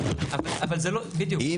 אבל זה לא, בדיוק.